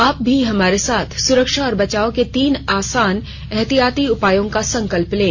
आप भी हमारे साथ सुरक्षा और बचाव के तीन आसान एहतियाती उपायों का संकल्प लें